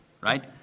right